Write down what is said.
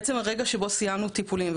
הרגע שבו סיימנו טיפולים,